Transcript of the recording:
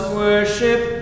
worship